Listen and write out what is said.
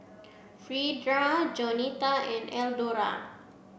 Freda Jaunita and Eldora